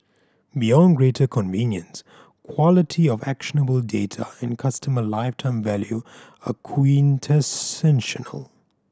beyond greater convenience quality of actionable data and customer lifetime value are quintessential